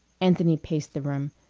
anthony paced the room.